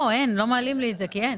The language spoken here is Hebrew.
לא מעלים לי כי אין.